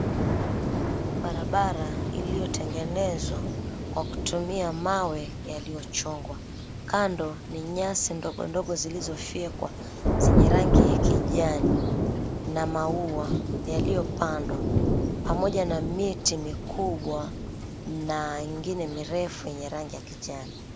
Barabara iliyotengenezwa kwa kutumia mawe yaliyochongwa. Kando ni nyasi ndogondogo zilizofyekwa zenye rangi ya kijani. Na maua yaliyopandwa pamoja na miti mikubwa na ingine mirefu yenye rangi ya kijani.